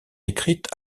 écrites